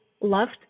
loved